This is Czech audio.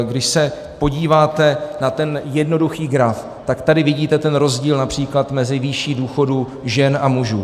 Když se podíváte na tento jednoduchý graf , tak tady vidíte ten rozdíl například mezi výší důchodů žen a mužů.